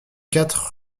quatre